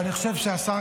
אבל אני חושב,